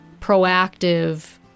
proactive